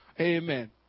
Amen